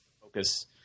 focus